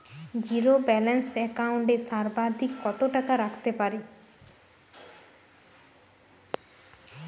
Zero balance account এ সর্বাধিক কত টাকা রাখতে পারি?